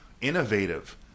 innovative